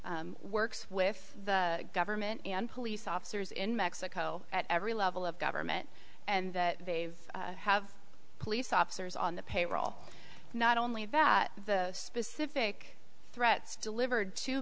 works with the government and police officers in mexico at every level of government and that they've have police officers on the payroll not only that the specific threats delivered to